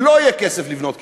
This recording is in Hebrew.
לא יהיה כסף לבנות כיתות.